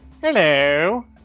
Hello